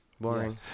Boring